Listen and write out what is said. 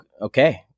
okay